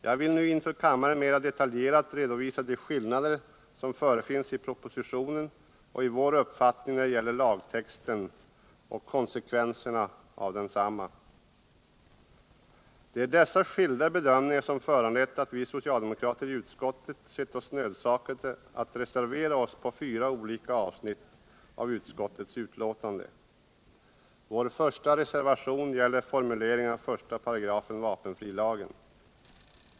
Jag vill nu inför kammaren mera detaljerat redovisa de skillnader som förefinns mellan statsrådets och vår uppfattning när det gäller lagtexten och konsekvenserna av densamma. Det är dessa skilda bedömningar som gjort att vi socialdemokrater i utskottet sett oss nödsakade att reservera oss mot fyra olika avsnitt i Vår första reservation gäller formuleringen av 1§ vapenfrilagen.